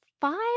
five